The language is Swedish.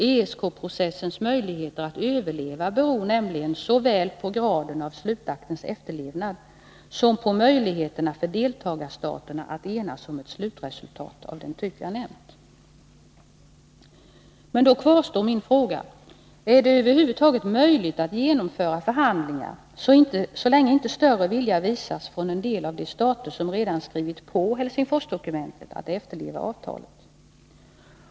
ESK-processens möjligheter att överleva beror nämligen såväl på graden av slutaktens efterlevnad som på möjligheterna för deltagarstaterna att enas om ett slutresultat av den typ jag nämnt.” Men då kvarstår min fråga: Är det över huvud taget möjligt att genomföra förhandlingar så länge inte större vilja visas från en del av de stater som redan skrivit på Helsingforsdokumentet att efterleva avtalet?